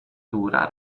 dura